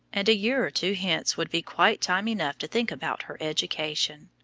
and a year two hence would be quite time enough to think about her education.